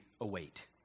await